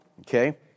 Okay